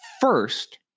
first